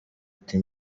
ati